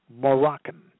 Moroccan